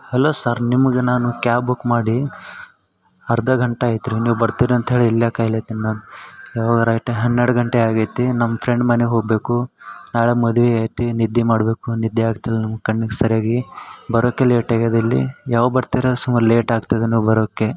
hello sir ನಿಮ್ಗ ನಾನು cab book ಮಾಡಿ ಅರ್ಧ ಗಂಟೆ ಆಯ್ತು ರೀ ನೀವು ಬರ್ತಿರ ಅಂತ್ಹೇಳಿ ಇಲ್ಲೇ ಕಾಯ್ಲತ್ತೀನಿ ನಾನು ಇವಾಗ ರೈಟ ಹನ್ನೆರಡು ಗಂಟೆ ಆಗೈತಿ ನಮ್ಮ ಫ್ರೆಂಡ್ ಮನೆಗೆ ಹೋಗಬೇಕು ನಾಳೆ ಮದುವೆ ಐತಿ ನಿದ್ದೆ ಮಾಡಬೇಕು ನಿದ್ದೆ ಆಗ್ತಿಲ್ಲ ನಮಗೆ ಕಣ್ಣಿಗೆ ಸರಿಯಾಗಿ ಬರುಕೆ ಲೇಟ್ ಆಗ್ಯದ ಇಲ್ಲಿ ಯಾವಾಗ ಬರ್ತಿರ ಸುಮಾರು ಲೇಟ್ ಆಗ್ತದ ಏನೋ ನೀವು ಬರೋಕೆ